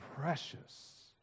precious